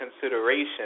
consideration